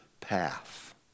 path